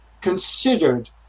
considered